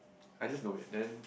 I just know it then